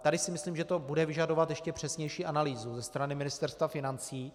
Tady si myslím, že to bude vyžadovat ještě přesnější analýzu ze strany Ministerstva financí.